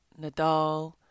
Nadal